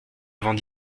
avant